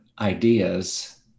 ideas